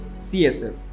CSF